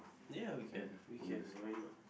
ya we can we can why not